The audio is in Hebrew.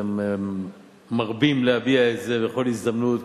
אתם מרבים להביע את זה בכל הזדמנות,